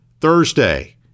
Thursday